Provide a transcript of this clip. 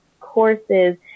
courses